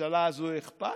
לממשלה הזאת אכפת?